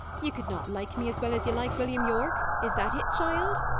ye could not like me as well as ye like william yorke? is that it, child?